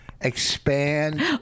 Expand